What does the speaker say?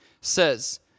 says